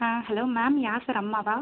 ஆ hello ma'am Yasar அம்மாவா